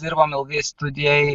dirbom ilgai studijoj